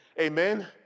Amen